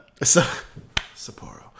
Sapporo